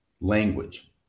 language